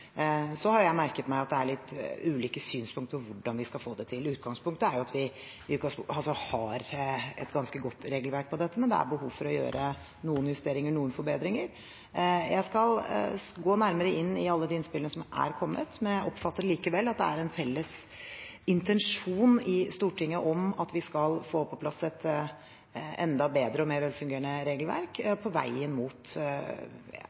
Så har jeg merket meg at det er litt ulike synspunkt på hvordan vi skal få det til. Utgangspunktet er at vi har et ganske godt regelverk for dette, men det er behov for å gjøre noen justeringer, noen forbedringer. Jeg skal gå nærmere inn i alle de innspillene som er kommet. Jeg oppfatter likevel at det er en felles intensjon i Stortinget om at vi skal få på plass et enda bedre og mer velfungerende regelverk